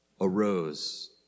arose